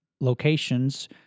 locations